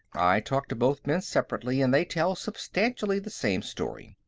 i talked to both men separately, and they tell substantially the same story.